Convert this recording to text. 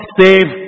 save